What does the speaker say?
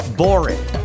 boring